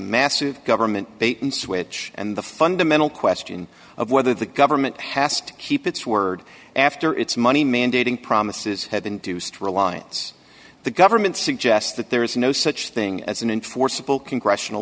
massive government bait and switch and the fundamental question of whether the government has to keep its word after its money mandating promises had induced reliance the government suggest that there is no such thing as an enforceable congressional